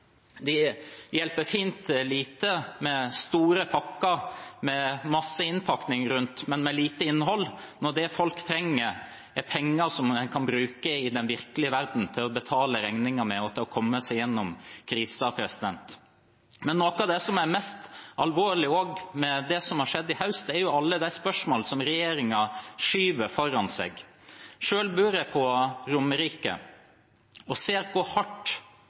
hjelper fint lite med store pakker med masse innpakning rundt, men med lite innhold når det folk trenger, er penger en kan bruke i den virkelige verdenen, til å betale regninger med og til å komme seg gjennom krisen med. Noe av det som er mest alvorlig med det som har skjedd i høst, er også alle de spørsmålene regjeringen skyver foran seg. Selv bor jeg på Romerike og ser hvor hardt